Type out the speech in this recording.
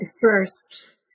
first